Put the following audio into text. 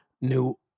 New